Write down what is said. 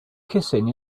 kissing